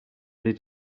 did